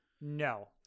No